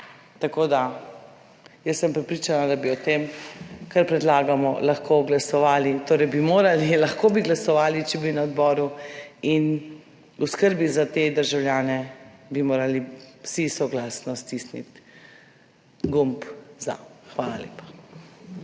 Tako, da, jaz sem prepričana, da bi o tem kar predlagamo lahko glasovali, torej bi morali, lahko bi glasovali, če bi bili na odboru. In v skrbi za te državljane bi morali vsi soglasno stisniti gumb za. Hvala